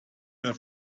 your